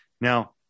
Now